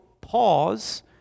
pause